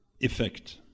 effect